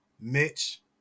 Mitch